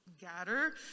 gather